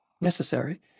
necessary